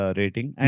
rating